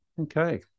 Okay